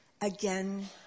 again